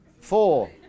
four